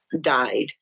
died